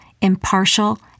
impartial